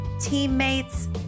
teammates